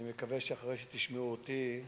אני מקווה שאחרי שתשמעו אותי,